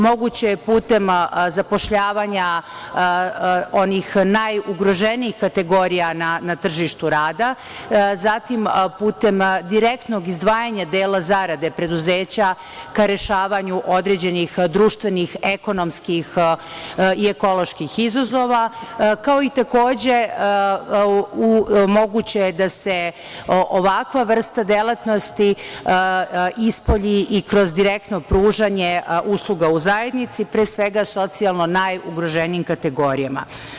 Moguće je putem zapošljavanja onih najugroženijih kategorija na tržištu rada, zatim putem direktnog izdvajanja dela zarade preduzeća ka rešavanju određenih društvenih, ekonomskih i ekoloških izazova, kao i takođe moguće je da se ovakva vrsta delatnosti ispolji i kroz direktno pružanje usluga u zajednici, pre svega socijalno najugroženijim kategorijama.